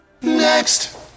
Next